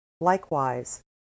Likewise